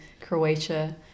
Croatia